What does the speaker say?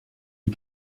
les